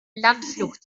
landflucht